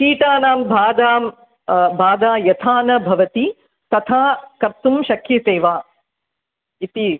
कीटानां बाधां बाधा यथा न भवति तथा कर्तुं शक्यते वा इति